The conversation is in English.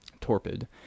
torpid